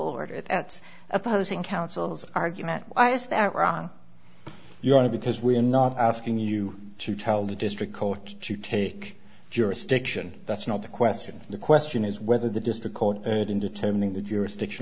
order that's opposing counsel's argument why is that wrong you want to because we're not asking you to tell the district court to take jurisdiction that's not the question the question is whether the district called it in determining the jurisdiction